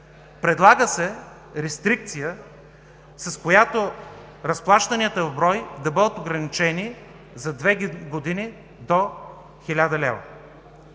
Предлага се рестрикция, при която разплащанията в брой да бъдат ограничени за 2 години до 1000 лв.